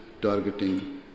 Targeting